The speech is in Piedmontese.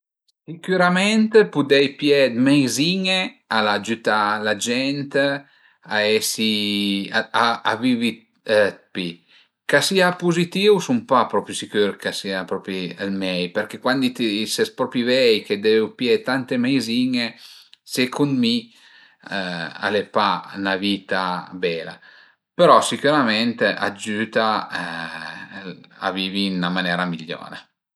Sicürament pudei pìé d'meizin-e al a giütà la gent a esi a vivi d'pi, ch'a sia puzitìu sun pa propi sicür ch'a sia propi ël mei perché cuandi ti ses propi vei che deve pìé tante meizin-e secund mi al e pa 'na vita bela, però sicürament a t'giüta a vivi ën 'na manera migliore